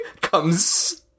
comes